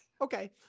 okay